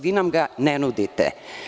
Vi nam ga ne nudite.